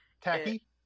tacky